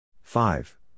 five